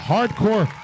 Hardcore